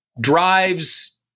drives